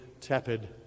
tepid